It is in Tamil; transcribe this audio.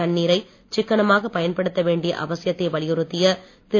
தண்ணீரை சிக்கனமாக பயன்படுத்த வேண்டிய அவசியத்தை வலியுறுத்திய திரு